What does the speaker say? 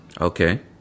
Okay